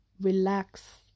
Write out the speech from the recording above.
relax